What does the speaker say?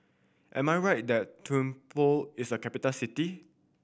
am I right that Thimphu is a capital city